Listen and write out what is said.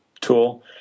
tool